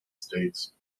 states